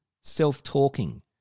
self-talking